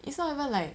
it's not even like